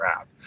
app